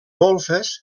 golfes